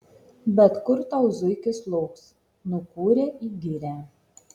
bet kur tau zuikis lauks nukūrė į girią